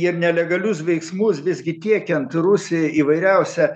ir nelegalius veiksmus visgi tiekiant rusijai įvairiausią